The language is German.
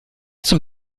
zum